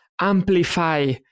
amplify